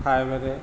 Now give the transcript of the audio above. প্ৰায়ভাগে